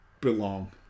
belong